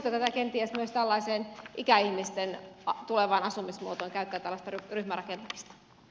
voisiko kenties myös tällaiseen ikäihmisten tulevaan asumismuotoon käyttää tällaista ryhmärakentamista